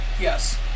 Yes